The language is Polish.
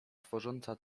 tworząca